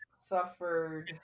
suffered